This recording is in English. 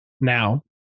Now